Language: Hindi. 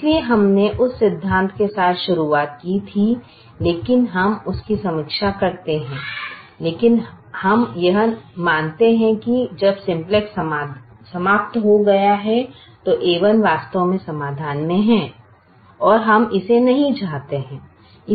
इसलिए हमने उस सिद्धांत के साथ शुरुआत की थी लेकिन हम इसकी समीक्षा करते हैं लेकिन हम यह मानते हैं कि जब सिम्पलेक्स समाप्त हो गया है तो a1 वास्तव में समाधान मे है और हम इसे नहीं चाहते हैं